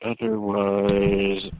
Otherwise